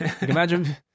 Imagine